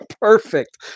perfect